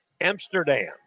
Amsterdam